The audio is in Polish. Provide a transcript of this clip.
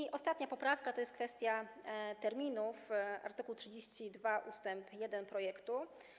I ostatnia poprawka to jest kwestia terminów - art. 32 ust. 1 projektu.